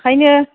ओंखायनो